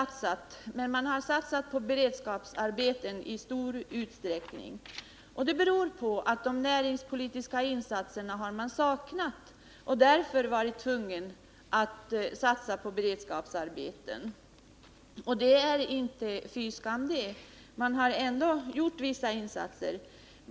Det är riktigt att man har satsat i Norrbotten, men man har i stor utsträckning satsat på beredskapsarbete. Man har saknat näringspolitiska insatser, och därför har man varit tvungen att satsa på beredskapsarbete. Det är inte fy skam — det har ju ändå gjorts vissa insatser.